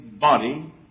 body